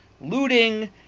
looting